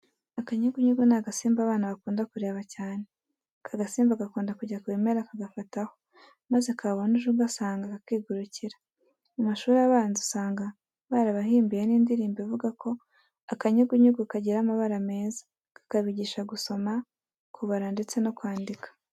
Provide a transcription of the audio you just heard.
Akanyugunyugu ni agasimba abana bakunda kureba cyane. Aka gasimba gakunda kujya ku bimera kagafataho maze kabona uje ugasanga kakigurukira. Mu mashuri abanza usanga barabahimbiye n'indirimbo ivuga ko akanyugunyugu kagira amabara meza, kakabigisha kusoma, kubara ndetse no kwandika.